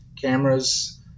cameras